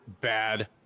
bad